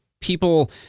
people